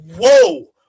Whoa